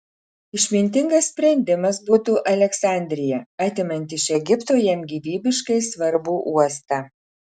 išmintingas sprendimas būtų aleksandrija atimant iš egipto jam gyvybiškai svarbų uostą